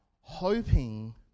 hoping